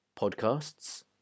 podcasts